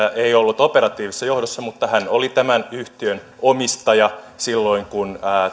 ei ollut operatiivisessa johdossa mutta hän oli tämän yhtiön omistaja silloin kun